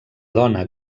dona